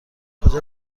کجا